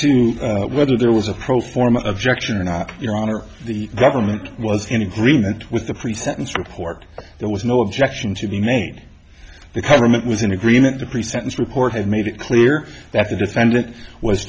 to whether there was a pro forma objection or not your honor the government was in agreement with the pre sentence report there was no objection to be made the government was in agreement the pre sentence report has made it clear that the defendant was